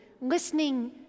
listening